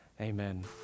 Amen